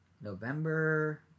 November